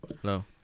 Hello